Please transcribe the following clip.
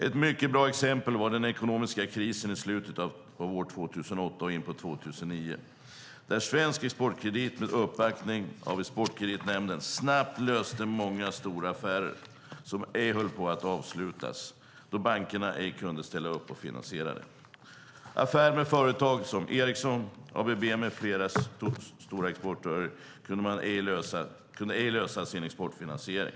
Ett mycket bra exempel var den ekonomiska krisen i slutet av år 2008 och början av 2009, då Svensk Exportkredit med uppbackning av Exportkreditnämnden snabbt löste många stora affärer som höll på att inte avslutas eftersom bankerna ej kunde ställa upp och finansiera dem. Det var affärer med företag som Ericsson, ABB med flera som exportörer som inte kunde lösa sin exportfinansiering.